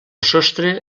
sostre